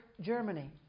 Germany